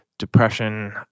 depression